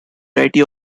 variety